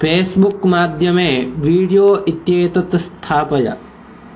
Facebook माध्यमे video इत्येतत् स्थापय